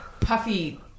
puffy